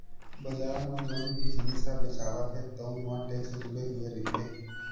बजार म जउन भी जिनिस ह बेचावत हे तउन म टेक्स जुड़े हुए रहिथे